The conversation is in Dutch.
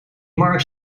marc